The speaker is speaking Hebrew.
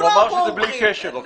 הוא אמר שזה בלי קשר אבל.